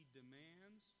demands